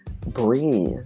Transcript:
breathe